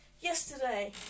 yesterday